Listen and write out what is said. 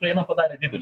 ukraina padarė didelį